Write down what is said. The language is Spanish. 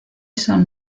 son